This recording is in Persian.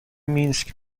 مینسک